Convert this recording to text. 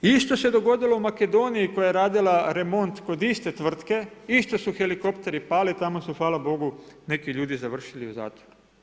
Isto se dogodilo Makedoniji koja je radila remont kod iste tvrtke, isto su helikopteri pali, tamo su fala bogu, neki ljudi završili u zatvoru.